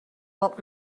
old